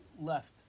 left